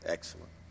Excellent